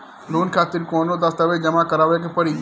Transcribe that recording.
Loan खातिर कौनो दस्तावेज जमा करावे के पड़ी?